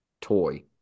Toy